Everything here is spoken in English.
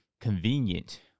convenient